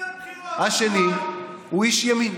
השני הוא איש ימין.